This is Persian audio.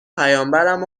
پیامبرمم